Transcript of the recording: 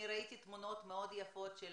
אני ראיתי תמונות מאוד יפות של